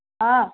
हँ